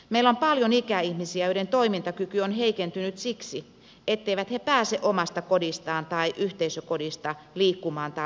meillä on paljon ikäihmisiä joiden toimintakyky on heikentynyt siksi etteivät he pääse omasta kodistaan tai yhteisökodista liikkumaan tai ulkoilemaan